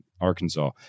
Arkansas